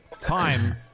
Time